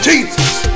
Jesus